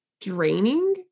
draining